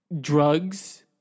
Drugs